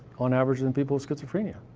on average, than people with schizophrenia.